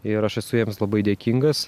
ir aš esu jiems labai dėkingas